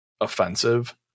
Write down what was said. offensive